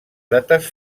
dates